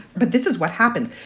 but this is what happens.